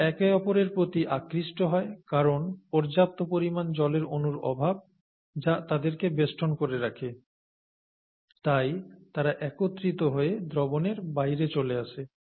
তারা একে অপরের প্রতি আকৃষ্ট হয় কারণ পর্যাপ্ত পরিমাণ জলের অনুর অভাব যা তাদেরকে বেষ্টন করে রাখে তাই তারা একত্রিত হয়ে দ্রবণের বাইরে চলে আসে